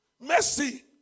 Mercy